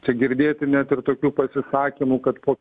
čia girdėti net ir tokių pasisakymų kad po